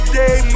day